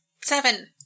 Seven